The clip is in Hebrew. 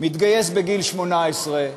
מתגייס בגיל 18,